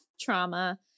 trauma